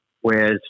whereas